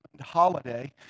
holiday